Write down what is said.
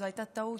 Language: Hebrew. זו הייתה טעות.